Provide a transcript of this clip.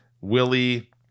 Willie